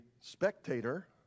spectator